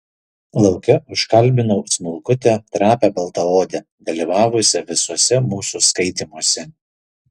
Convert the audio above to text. lauke užkalbinau smulkutę trapią baltaodę dalyvavusią visuose mūsų skaitymuose